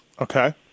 Okay